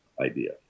idea